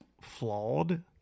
flawed